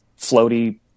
floaty